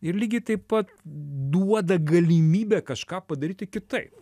ir lygiai taip pat duoda galimybę kažką padaryti kitaip